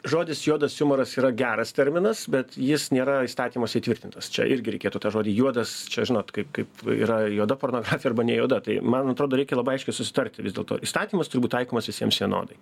žodis juodas jumoras yra geras terminas bet jis nėra įstatymuose įtvirtintas čia irgi reikėtų tą žodį juodas čia žinot kaip kaip yra juoda pornografija arba nejuoda tai man atrodo reikia labai aiškiai susitarti vis dėlto įstatymas turi būt taikomas visiems vienodai